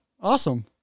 Awesome